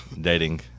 dating